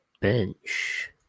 Bench